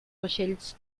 vaixells